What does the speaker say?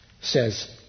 says